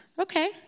okay